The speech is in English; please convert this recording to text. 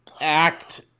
act